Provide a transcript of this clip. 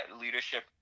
leadership